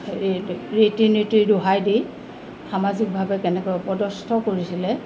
হেৰি ৰীতি নীতি দোহাই দি সামাজিকভাৱে কেনেকৈ অপদস্থ কৰিছিলে